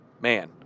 man